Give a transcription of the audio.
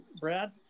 Brad